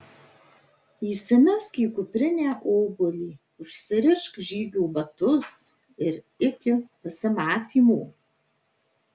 įsimesk į kuprinę obuolį užsirišk žygio batus ir iki pasimatymo